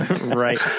Right